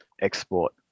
export